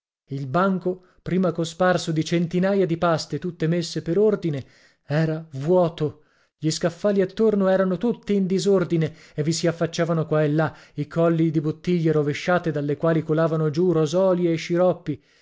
il banco prima cosparso di centinaia di paste tutte messe per ordine era vuoto gli scaffali attorno erano tutti in disordine e vi si affacciavano qua e là i colli di bottiglie rovesciate dalle quali colavano giù rosoli e sciroppi